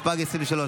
התשפ"ג 2023,